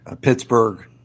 Pittsburgh